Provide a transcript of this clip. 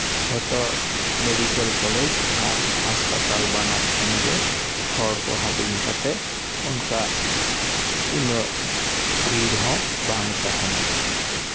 ᱡᱷᱚᱛᱚ medical college ᱟᱨ ᱦᱟᱥᱯᱟᱛᱟᱞ ᱵᱟᱱᱟᱨ ᱴᱷᱮᱱᱜᱮ ᱦᱚᱲᱠᱚ ᱦᱟᱹᱴᱤᱧ ᱠᱟᱛᱮ ᱚᱱᱠᱟ ᱩᱱᱟᱹᱜ ᱵᱷᱤᱲ ᱦᱚᱸ ᱵᱟᱝ ᱛᱟᱦᱮᱱᱟ